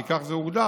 כי כך זה הוגדר,